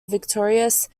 victorious